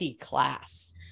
class